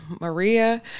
Maria